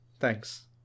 Thanks